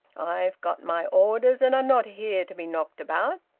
i've got my orders, and i'm not here to be knocked about.